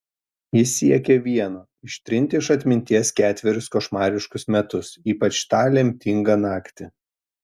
ji siekė vieno ištrinti iš atminties ketverius košmariškus metus ypač tą lemtingą naktį